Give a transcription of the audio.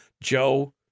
Joe